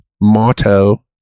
motto